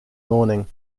morning